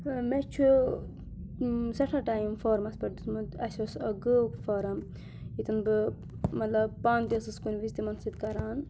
مےٚ چھُ سٮ۪ٹھاہ ٹایِم فارمَس پٮ۪ٹھ دیُٚتمُت اَسہِ اوس گٲو فارَم ییٚتیٚن بہٕ مطلب پانہٕ تہٕ ٲسٕس کُنہِ وِزِ تِمَن سۭتۍ کَران